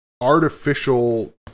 artificial